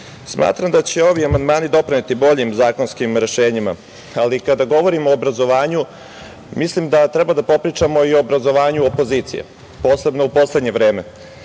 smatram da će ovi amandmani doprineti boljim zakonskim rešenjima. Ali, kada govorimo o obrazovanju, mislim da treba da popričamo i o obrazovanju opozicije, posebno u poslednje vreme,